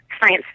science